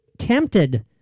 Tempted